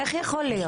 איך זה יכול להיות?